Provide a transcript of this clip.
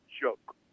joke